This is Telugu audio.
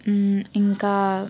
ఇంకా